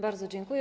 Bardzo dziękuję.